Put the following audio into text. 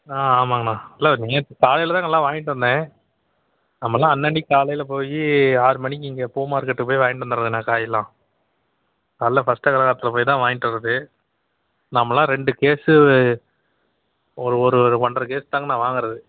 ஆ ஆமாங்கண்ணா இல்லை நேற்று காலையில் தான் நல்லா வாங்கிட்டு வந்தேன் நம்மளாம் அன்னன்றைக்கி காலையில் போய் ஆறு மணிக்கு இங்கே பூ மார்க்கெட்டு போய் வாங்கிட்டு வந்துடுவேண்ணா காயெலாம் காலைல ஃபஸ்ட் அக்ரஹாரத்தில் போயி தான் வாங்கிட்டு வர்றது நம்மளாம் ரெண்டு கேஸ்ஸு ஒரு ஒரு ஒன்றரை கேஸ் தாங்கண்ணா வாங்குறது